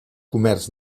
comerç